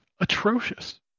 atrocious